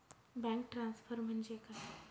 Bank transfer म्हणजे काय?